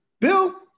bill